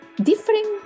different